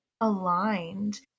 aligned